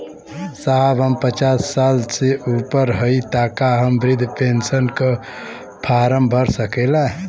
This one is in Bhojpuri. साहब हम पचास साल से ऊपर हई ताका हम बृध पेंसन का फोरम भर सकेला?